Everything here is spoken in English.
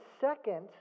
second